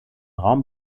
raum